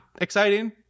exciting